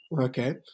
Okay